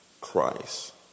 Christ